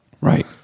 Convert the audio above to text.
Right